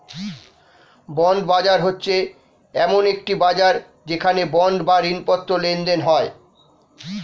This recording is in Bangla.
বন্ড বাজার হচ্ছে এমন একটি বাজার যেখানে বন্ড বা ঋণপত্র লেনদেন হয়